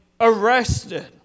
arrested